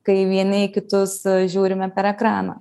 kai vieni į kitus žiūrime per ekraną